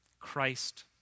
Christ